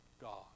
God